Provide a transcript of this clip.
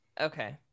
okay